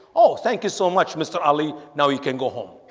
oh, thank you so much. mr ali now he can go home.